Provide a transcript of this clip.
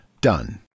done